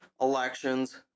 elections